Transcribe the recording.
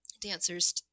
dancers